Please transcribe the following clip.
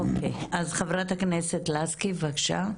או-קי, אז חברת הכנסת לסקי בבקשה.